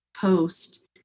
post